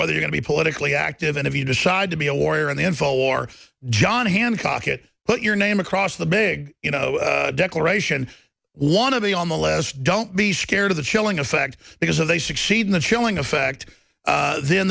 whether you can be politically active and if you decide to be a warrior in the info war john hancock it put your name across the big you know declaration one of the on the less don't be scared of the chilling effect because if they succeed in the chilling effect then